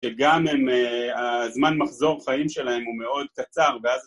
שגם הזמן מחזור חיים שלהם הוא מאוד קצר ואז...